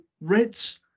Reds